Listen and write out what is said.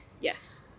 yes